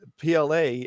PLA